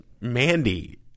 Mandy